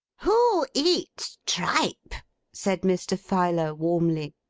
who eats tripe said mr. filer, warmly.